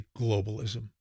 globalism